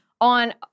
on